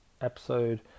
episode